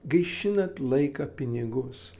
gaišinat laiką pinigus